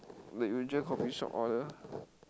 the usual coffee-shop order